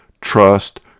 trust